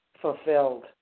Fulfilled